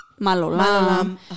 Malolam